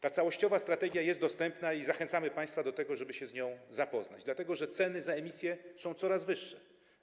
Ta całościowa strategia jest dostępna i zachęcamy państwa do tego, żeby się z nią zapoznać, dlatego że ceny za emisję są coraz wyższe.